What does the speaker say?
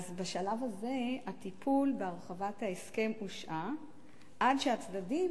בשלב הזה הטיפול בהרחבת ההסכם הושעה עד שהצדדים